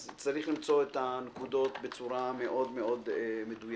אז צריך למצוא את הנקודות בצורה מאוד מאוד מדויקת.